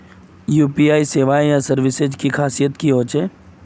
UPI सेवाएँ या services की खासियत की होचे?